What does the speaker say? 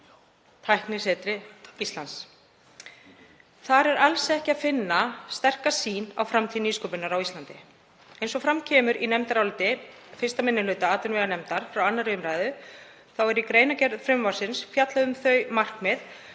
Tæknisetri Íslands. Þar er alls ekki að finna sterka sýn á framtíð nýsköpunar á Íslandi. Eins og fram kemur í nefndaráliti 1. minni hluta atvinnuveganefndar frá 2. umr. þá er í greinargerð frumvarpsins fjallað um þau markmið